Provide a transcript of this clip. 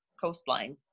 coastline